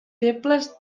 febles